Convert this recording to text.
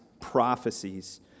prophecies